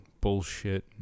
bullshit